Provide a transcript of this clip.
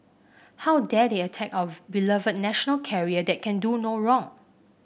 how dare they attack our beloved national carrier that can do no wrong